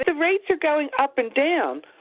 ah rates are going up and down,